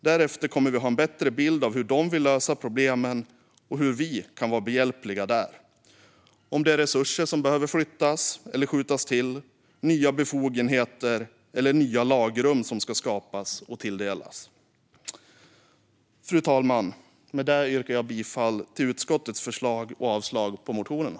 Därefter kommer vi att ha en bättre bild av hur de vill lösa problemen och hur vi kan vara behjälpliga där, alltså om det är resurser som behöver flyttas eller skjutas till, om det behövs nya befogenheter eller om det är nya lagrum som ska skapas. Fru talman! Med detta yrkar jag bifall till utskottets förslag och avslag på motionerna.